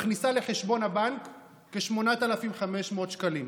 מכניסה לחשבון הבנק כ-8,500 שקלים.